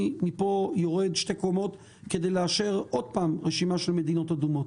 אני מפה יורד שתי קומות כדי לאשר עוד פעם רשימה של מדינות אדומות.